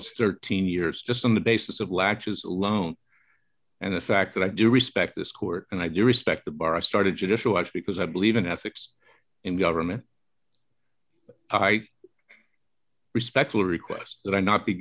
it's thirteen years just on the basis of latches alone and the fact that i do respect this court and i do respect the bar i started judicial watch because i believe in ethics in government i respectfully request that i not be